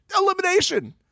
elimination